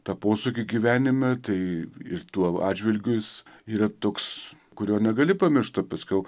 tą posūkį gyvenime tai ir tuo atžvilgiu jis yra toks kurio negali pamiršti paskiau